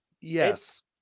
Yes